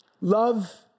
Love